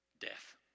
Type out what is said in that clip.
death